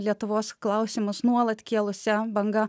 lietuvos klausimus nuolat kėlusia banga